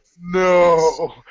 No